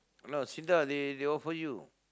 !walao! sit up leh they offer you